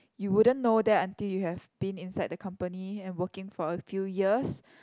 you wouldn't know that until you have been inside the company and working for a few years